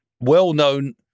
well-known